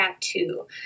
tattoo